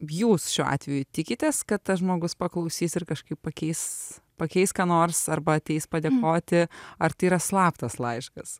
jūs šiuo atveju tikitės kad tas žmogus paklausys ir kažkaip pakeis pakeis ką nors arba ateis padėkoti ar tai yra slaptas laiškas